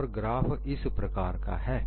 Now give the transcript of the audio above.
और ग्राफ इस प्रकार का है